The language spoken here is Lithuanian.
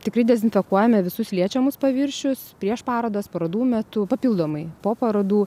tikrai dezinfekuojame visus liečiamus paviršius prieš parodas parodų metu papildomai po parodų